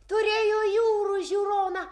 turėjo jūrų žiūroną